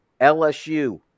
LSU